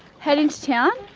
head into town,